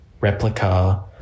replica